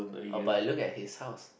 but I look at his house